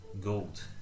Gold